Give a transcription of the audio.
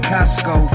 Costco